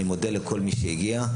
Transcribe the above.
אני מודה לכל מי שהגיע.